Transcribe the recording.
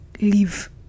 leave